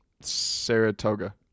Saratoga